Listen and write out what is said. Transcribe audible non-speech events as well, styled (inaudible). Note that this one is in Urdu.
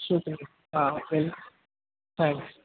(unintelligible) ہاں ویل تھینکس